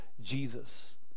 Jesus